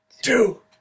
two